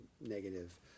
negative